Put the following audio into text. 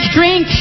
Drink